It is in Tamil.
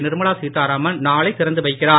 நிர்மலா சீத்தாராமன் நாளை திறந்து வைக்கிறார்